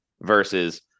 versus